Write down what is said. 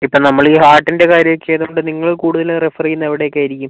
ഇപ്പം നമ്മൾ ഈ ഹാർട്ടിൻ്റെ കാര്യമൊക്കെ ആയതുകൊണ്ട് നിങ്ങൾ കൂടുതൽ റഫർ ചെയ്യുന്നത് എവിടേക്ക് ആയിരിക്കും